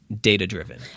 data-driven